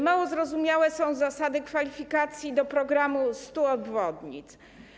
Mało zrozumiałe są zasady kwalifikacji do programu 100 obwodnic.